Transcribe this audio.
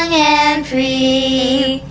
and free!